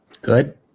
Good